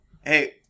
Hey